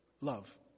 Love